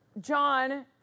John